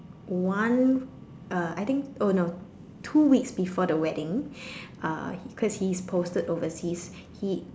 one uh I think oh no two weeks before the wedding uh cause he was posted overseas he